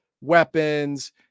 weapons